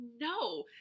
no